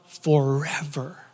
forever